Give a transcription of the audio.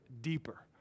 deeper